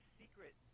secret